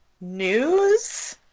news